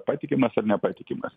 patikimas ar nepatikimas